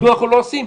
מדוע אנחנו לא עושים?